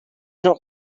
not